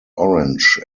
orange